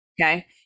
Okay